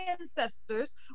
ancestors